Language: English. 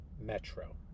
metro